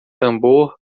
tambor